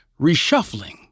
reshuffling